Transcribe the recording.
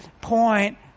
point